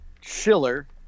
Schiller